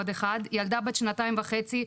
ילדה בת שנתיים וחצי,